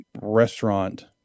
restaurant